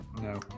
No